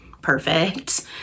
perfect